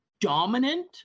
dominant